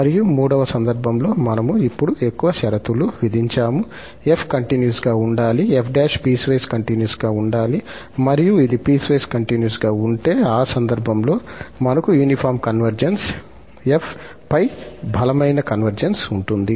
మరియు మూడవ సందర్భంలో మనము ఇప్పుడు ఎక్కువ షరతులు విధించాము 𝑓 కంటిన్యూస్ గా ఉండాలి 𝑓′ పీస్ వైస్ కంటిన్యూస్ గా ఉండాలి మరియు ఇది పీస్ వైస్ కంటిన్యూస్ గా ఉంటే ఆ సందర్భంలో మనకు యూనిఫార్మ్ కన్వర్జెన్స్ 𝑓 పై బలమైన కన్వర్జెన్స్ ఉంటుంది